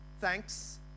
thanks